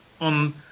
on